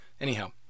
Anyhow